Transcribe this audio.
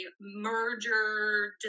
merger